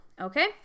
Okay